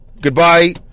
Goodbye